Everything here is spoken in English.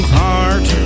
heart